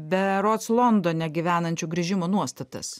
berods londone gyvenančių grįžimo nuostatas